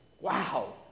Wow